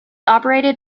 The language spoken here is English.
operated